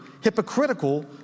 hypocritical